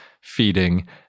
feeding